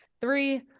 Three